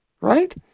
right